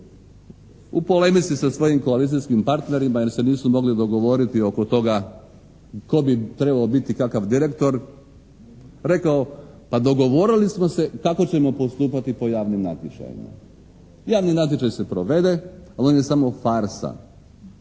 u polemici sa svojim koalicijskim partnerima jer se nisu mogli dogovoriti oko toga tko bi trebao biti kakav direktor rekao pa dogovorili smo se kako ćemo postupati po javnim natječajima. Javni natječaj se provede, ali on je samo farsa.